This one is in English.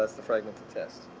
ah the fragmented test?